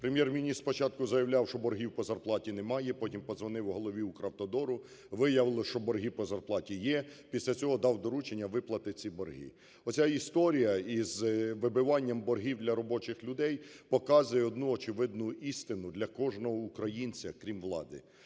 Прем’єр-міністр спочатку заявляв, що боргів по зарплаті немає, потім подзвонив голові "Укравтодору" - виявилося, що борги по зарплаті є. Після цього дав доручення виплатити ці борги. Оця історія із вибиванням боргів для робочих людей показує одну очевидну істину для кожного українця, крім влади: